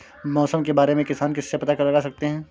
मौसम के बारे में किसान किससे पता लगा सकते हैं?